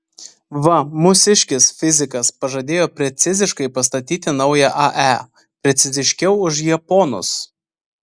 va mūsiškis fizikas pažadėjo preciziškai pastatyti naują ae preciziškiau už japonus